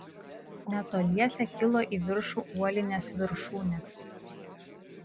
netoliese kilo į viršų uolinės viršūnės